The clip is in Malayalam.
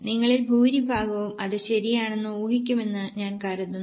നിങ്ങളിൽ ഭൂരിഭാഗവും അത് ശരിയാണെന്ന് ഊഹിക്കുമെന്ന് ഞാൻ കരുതുന്നു